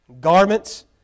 garments